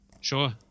sure